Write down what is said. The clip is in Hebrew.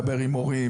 מדבר עם הורים,